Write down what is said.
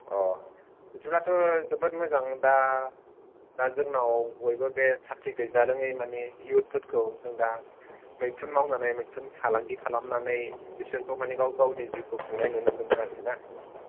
बिदिब्लाथ' जोबोर मोजां दा दा जोंनाव बयबो बे साख्रि गैजारोङै मानि इउवथ फोरखौ दा मैखुन मावनानै मैखुन फालांगि खालामनानै बिसोरखौ मानि गाव गावनि जिउखौ खुंनाय नुनो मोनदों आरखि ना